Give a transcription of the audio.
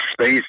space